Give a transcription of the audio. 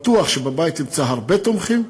בטוח שבבית תמצא הרבה תומכים,